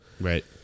Right